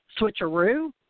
switcheroo